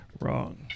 Wrong